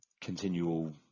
continual